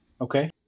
Okay